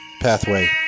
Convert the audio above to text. pathway